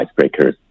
icebreakers